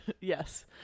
yes